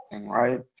right